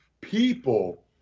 people